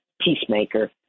peacemaker